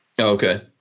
Okay